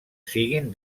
siguin